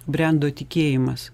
brendo tikėjimas